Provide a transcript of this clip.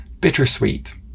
bittersweet